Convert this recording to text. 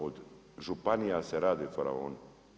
Od županija se rade faraoni.